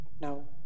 No